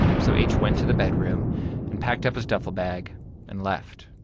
so h went to the bedroom and packed up his duffel bag and left.